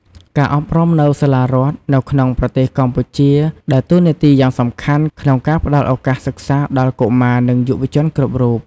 ការអប់រំនៅសាលារដ្ឋនៅក្នុងប្រទេសកម្ពុជាដើរតួនាទីយ៉ាងសំខាន់ក្នុងការផ្តល់ឱកាសសិក្សាដល់កុមារ និងយុវជនគ្រប់រូប។